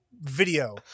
video